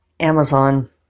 Amazon